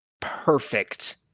perfect